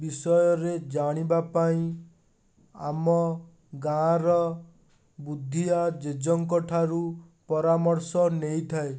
ବିଷୟରେ ଜାଣିବା ପାଇଁ ଆମ ଗାଁର ବୁଦ୍ଧିଆ ଜେଜେଙ୍କଠାରୁ ପରାମର୍ଶ ନେଇଥାଏ